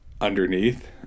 underneath